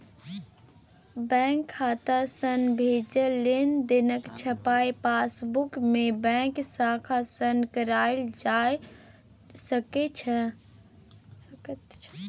bank खाता सँ भेल लेनदेनक छपाई पासबुकमे बैंक शाखा सँ कराएल जा सकैत छै